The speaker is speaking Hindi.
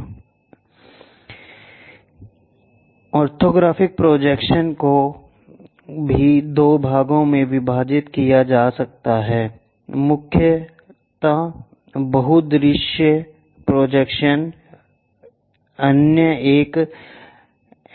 इन ऑर्थोगोनल प्रोजेक्शन्स को भी दो भागों में विभाजित किया जाता है मुख्यतः बहु दृश्य प्रोजेक्शन्स अन्य एक